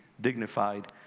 dignified